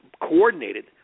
coordinated